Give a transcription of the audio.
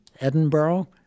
Edinburgh